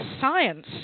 science